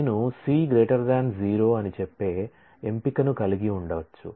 నేను C 0 అని చెప్పే ఎంపికను కలిగి ఉండవచ్చు